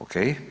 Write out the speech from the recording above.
Ok.